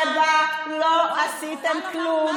שבה לא עשיתם כלום,